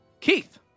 Keith